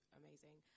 amazing